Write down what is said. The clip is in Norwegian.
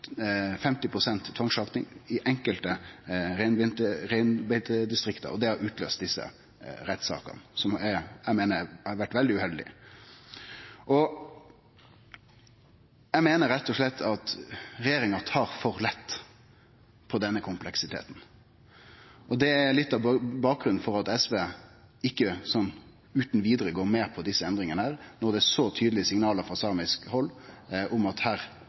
pst. tvangsslakting i enkelte reinbeitedistrikt. Det har utløyst desse rettssakene, som eg meiner har vore veldig uheldige. Eg meiner rett og slett at regjeringa tar for lett på denne kompleksiteten. Det er litt av bakgrunnen for at SV ikkje utan vidare går med på desse endringane, når det er så tydelege signal frå samisk hald på at ein her